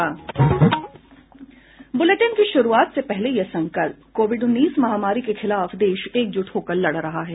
bulletin की शुरूआत से पहले ये संकल्प कोविड उन्नीस महामारी के खिलाफ देश एकजुट होकर लड़ रहा है